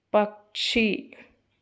പക്ഷി